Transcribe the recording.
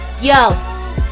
Yo